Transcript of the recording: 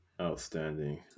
Outstanding